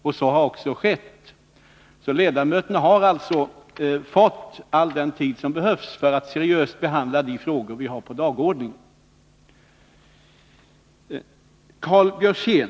Så beslöts också. Ledamöterna har alltså fått all den tid som behövs för att seriöst behandla de frågor som vi har på dagordningen.